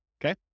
okay